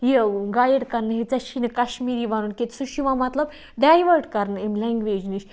یہِ گایِڈ کَرنہ ژےٚ چھیے نہٕ کَشمیٖری وَنُن کینٛہہ سُہ چھُ یِوان مَطلَب ڈایوٲٹ کَران امہِ لینٛگوینٛج نِش